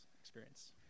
experience